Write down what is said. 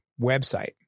website